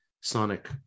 sonic